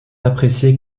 appréciés